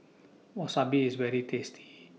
Wasabi IS very tasty